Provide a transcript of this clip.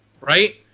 right